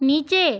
नीचे